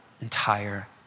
entire